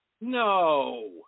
No